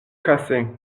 casser